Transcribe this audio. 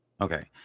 Okay